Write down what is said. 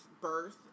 birth